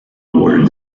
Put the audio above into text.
awarded